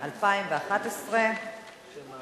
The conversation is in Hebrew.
אתה היית צריך לדעת מי